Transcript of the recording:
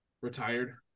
Retired